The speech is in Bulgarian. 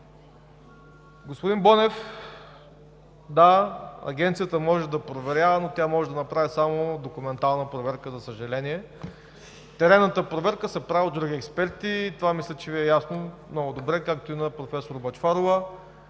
Господин Бонев, да, Агенцията може да проверява, но тя може да направи само документална проверка, за съжаление. Теренната проверка се прави от други експерти – това мисля, че Ви е много ясно, както и на професор Бъчварова.